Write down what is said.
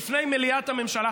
בפני מליאת הממשלה,